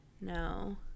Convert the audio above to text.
no